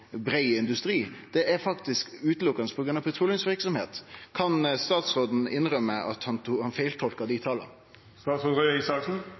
brei industri, er altså utelukkande på grunn av petroleumsverksemda. Kan statsråden innrømme at han feiltolka dei